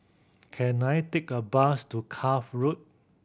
can I take a bus to Cuff Road